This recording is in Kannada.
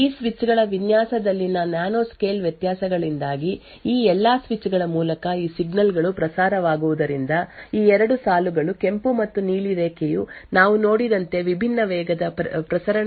ಈ ಸ್ವಿಚ್ ಗಳ ವಿನ್ಯಾಸದಲ್ಲಿನ ನ್ಯಾನೊಸ್ಕೇಲ್ ವ್ಯತ್ಯಾಸಗಳಿಂದಾಗಿ ಈ ಎಲ್ಲಾ ಸ್ವಿಚ್ ಗಳ ಮೂಲಕ ಈ ಸಿಗ್ನಲ್ ಗಳು ಪ್ರಸಾರವಾಗುವುದರಿಂದ ಈ 2 ಸಾಲುಗಳು ಕೆಂಪು ಮತ್ತು ನೀಲಿ ರೇಖೆಯು ನಾವು ನೋಡಿದಂತೆ ವಿಭಿನ್ನ ವೇಗದ ಪ್ರಸರಣವನ್ನು ಪಡೆಯುತ್ತದೆ ಎಂಬುದು 1 ನೇ ಅಂಶವಾಗಿದೆ